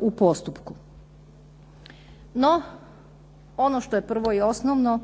u postupku. No, ono što je prvo i osnovno